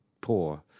poor